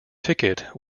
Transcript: ticket